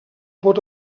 pot